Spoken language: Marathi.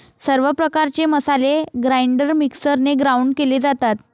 सर्व प्रकारचे मसाले ग्राइंडर मिक्सरने ग्राउंड केले जातात